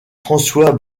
françois